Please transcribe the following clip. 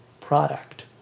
product